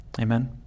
Amen